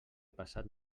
passat